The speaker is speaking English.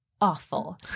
awful